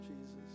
Jesus